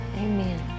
amen